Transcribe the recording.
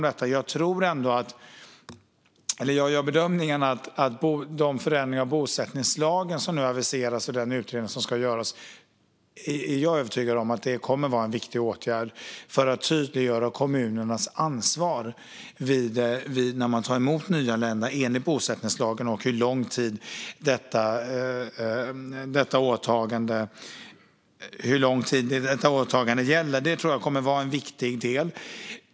Jag gör dock bedömningen att de förändringar av bosättningslagen som nu aviseras och den utredning som ska göras är en åtgärd som kommer att vara viktig för att tydliggöra kommunernas ansvar när de tar emot nyanlända enligt bosättningslagen och hur lång tid detta åtagande gäller. Det kommer att vara en viktig del.